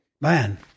Man